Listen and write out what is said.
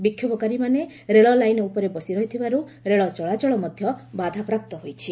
ବିକ୍ଷୋଭକାରୀମାନେ ରେଳଲାଇନ ଉପରେ ବସିରହିଥିବାରୁ ରେଳ ଚଳାଚଳ ମଧ୍ୟ ବାଧାପ୍ରାପ୍ତ ହୋଇଛି